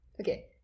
Okay